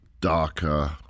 darker